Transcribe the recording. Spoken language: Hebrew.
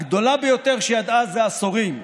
הגדולה ביותר שידעה זה עשורים.